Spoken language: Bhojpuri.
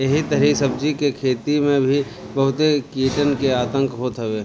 एही तरही सब्जी के खेती में भी बहुते कीटन के आतंक होत हवे